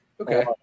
okay